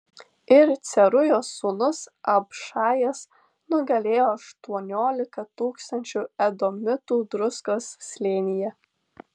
ir cerujos sūnus abšajas nugalėjo aštuoniolika tūkstančių edomitų druskos slėnyje